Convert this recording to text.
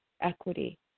equity